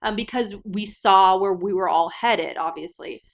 and because we saw where we were all headed, obviously.